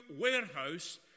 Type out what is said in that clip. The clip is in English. warehouse